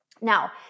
Now